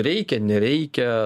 reikia nereikia